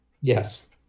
Yes